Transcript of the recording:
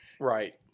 Right